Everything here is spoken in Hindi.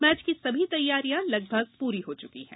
मैच की सभी तैयारियां लगभग पूरी हो चुकी है